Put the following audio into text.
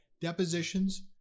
Depositions